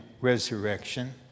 resurrection